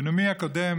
בנאומי הקודם